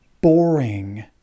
boring